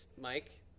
Mike